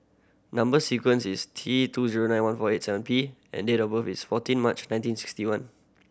number sequence is T two zero nine one four eight seven P and date of birth is fourteen March nineteen sixty one